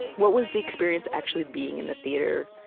what was the experience, actually being in the theater,